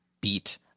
beat